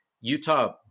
Utah